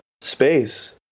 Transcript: space